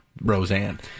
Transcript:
Roseanne